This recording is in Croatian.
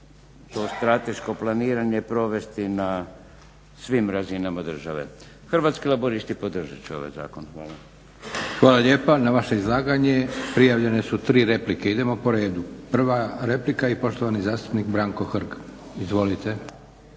to strateško planiranje provesti na svim razinama države. Hrvatski laburisti podržat će ovaj zakon. Hvala. **Leko, Josip (SDP)** Hvala lijepa. Na vaše izlaganje prijavljene su tri replike, idemo po redu. Prva replika i poštovani zastupnik Branko Hrg. Izvolite.